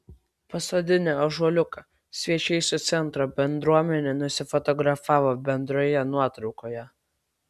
pasodinę ąžuoliuką svečiai su centro bendruomene nusifotografavo bendroje nuotraukoje